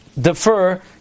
defer